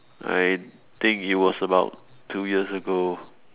I think it was about two years ago